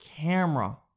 camera